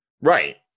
Right